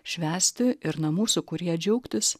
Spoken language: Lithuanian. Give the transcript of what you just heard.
švęsti ir namų sūkuryje džiaugtis